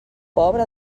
pobre